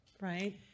Right